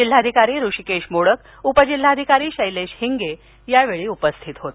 जिल्हाधिकारी हृषिकेश मोडक उपजिल्हाधिकारी शैलेश हिंगे आदी उपस्थित होते